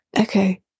Okay